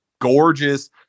gorgeous